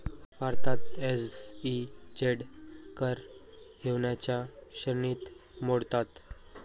भारतात एस.ई.झेड कर हेवनच्या श्रेणीत मोडतात